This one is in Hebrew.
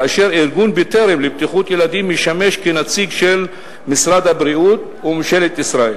וארגון "בטרם" לבטיחות ילדים משמש כנציג של משרד הבריאות וממשלת ישראל.